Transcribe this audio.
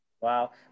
Wow